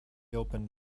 opened